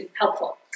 helpful